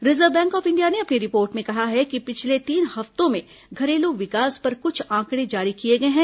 reserve Bank of India ने अपनी report में कहा है कि पिछले तीन हफ्तों में घरेलू विकास पर कुछ आंकड़े जारी किए गए हैं